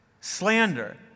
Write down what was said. slander